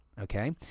Okay